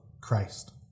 Christ